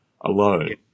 alone